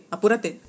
Apúrate